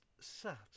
sat